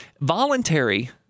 voluntary